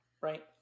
Right